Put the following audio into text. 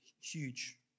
huge